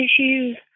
issues